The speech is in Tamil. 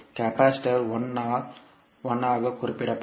கெபாசிட்டர் 1 ஆல் 1 ஆக குறிப்பிடப்படும்